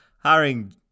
hiring